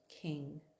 king